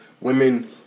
women